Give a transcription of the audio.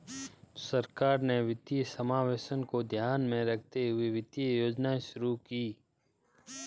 सरकार ने वित्तीय समावेशन को ध्यान में रखते हुए वित्तीय योजनाएं शुरू कीं